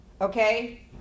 Okay